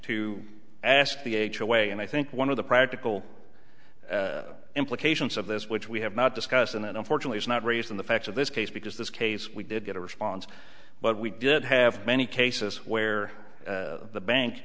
to ask d h away and i think one of the practical implications of this which we have not discussed and that unfortunately is not raised in the facts of this case because this case we did get a response but we did have many cases where the bank